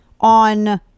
on